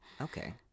Okay